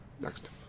next